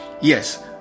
Yes